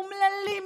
אומללים,